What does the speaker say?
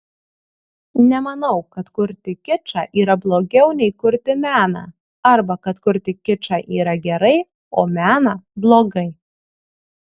nemanau kad kurti kičą yra blogiau nei kurti meną arba kad kurti kičą yra gerai o meną blogai